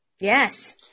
Yes